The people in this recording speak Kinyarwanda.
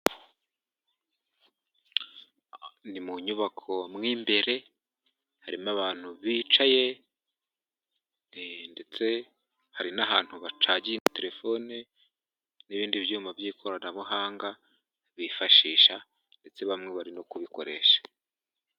Ni mu nyubako mo imbere, harimo abantu bicaye ndetse hari n'ahantu bacaginga telefone n'ibindi byuma by'ikoranabuhanga bifashisha ndetse bamwe bari no kubikoresha.